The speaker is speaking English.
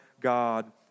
God